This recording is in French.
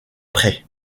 prés